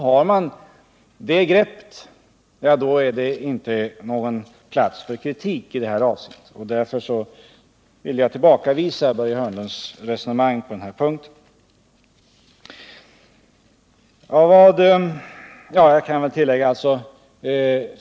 Har man det greppet finns det inte plats för någon kritik i det avseendet. Därför vill jag tillbakavisa Börje Hörnlunds resonemang på den punkten.